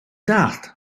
dallt